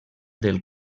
del